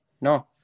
no